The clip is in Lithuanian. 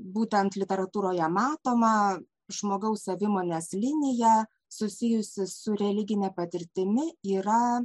būtent literatūroje matoma žmogaus savimonės linija susijusi su religine patirtimi yra